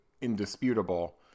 indisputable